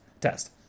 test